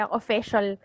official